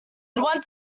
friend